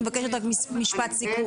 אני מבקשת משפט סיכום.